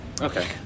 Okay